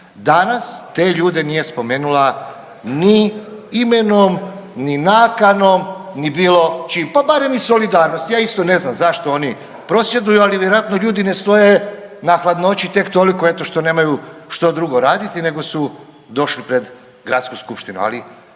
danas te ljude nije spomenula ni imenom, ni nakanom, ni bilo čim, pa barem iz solidarnosti. Ja isto ne znam zašto oni prosvjeduju, ali vjerojatno ljudi ne stoje na hladnoći tek toliko eto što nemaju što drugo raditi nego su došli pred gradsku skupštinu,